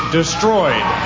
destroyed